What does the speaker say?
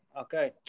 Okay